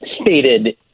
stated